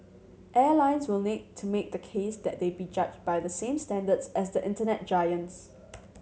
airlines will need to make the case that they be judged by the same standards as the Internet giants